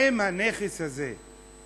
הנכס הזה,